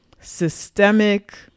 systemic